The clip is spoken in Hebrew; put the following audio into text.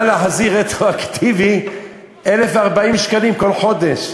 להחזיר רטרואקטיבית 1,040 שקלים כל חודש.